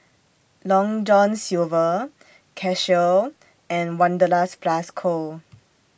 Long John Silver Casio and Wanderlust Plus Co